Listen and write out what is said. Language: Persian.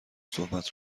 صحبت